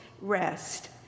rest